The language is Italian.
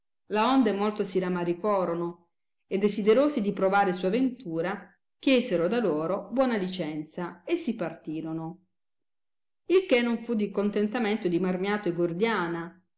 laonde molto si ramaricorono e desiderosi di provare sua ventura chiesero da loro buona licenza e si partirono il che non fu di contentamento di marmiato e gordiana